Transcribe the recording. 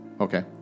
Okay